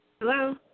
Hello